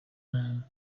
man